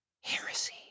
Heresy